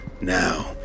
Now